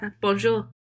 Bonjour